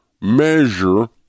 measure